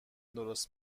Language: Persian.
درست